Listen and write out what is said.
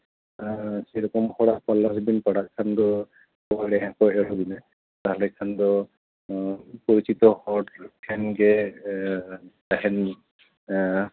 ᱥᱮᱨᱚᱠᱚᱢ ᱦᱚᱲᱟᱜ ᱯᱟᱞᱞᱟ ᱨᱮᱵᱤᱱ ᱯᱟᱲᱟᱜ ᱠᱷᱟᱱ ᱫᱚ ᱮᱲᱮ ᱦᱚᱸᱠᱚ ᱮᱲᱮ ᱵᱤᱱᱟ ᱛᱟᱦᱞᱮ ᱠᱷᱟᱱ ᱫᱚ ᱯᱚᱨᱤᱪᱤᱛᱚ ᱦᱚᱲ ᱴᱷᱮᱱᱜᱮ ᱛᱟᱦᱮᱱ